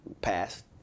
passed